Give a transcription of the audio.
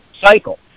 cycle